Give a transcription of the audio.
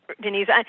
Denise